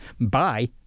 Bye